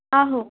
ਆਹੋ